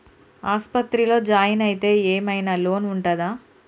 ఆస్పత్రి లో జాయిన్ అయితే ఏం ఐనా లోన్ ఉంటదా?